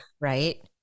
Right